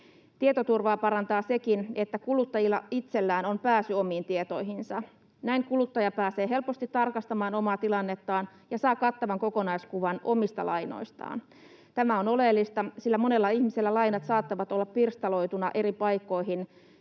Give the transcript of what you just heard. Tietoturvaa parantaa sekin, että kuluttajilla itsellään on pääsy omiin tietoihinsa. Näin kuluttaja pääsee helposti tarkastamaan omaa tilannettaan ja saa kattavan kokonaiskuvan omista lainoistaan. Tämä on oleellista, sillä monella ihmisellä lainat saattavat olla pirstaloituina eri paikkoihin,